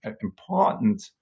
important